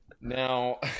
now